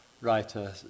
writer